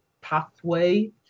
pathway